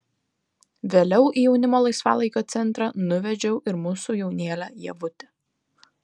vėliau į jaunimo laisvalaikio centrą nuvedžiau ir mūsų jaunėlę ievutę